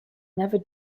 never